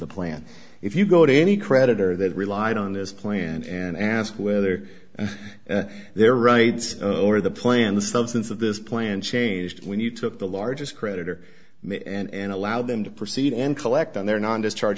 the plan if you go to any creditor that relied on this plan and ask whether their rights or the plan the substance of this plan changed when you took the largest creditor made and allowed them to proceed and collect on their non discharge